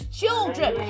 children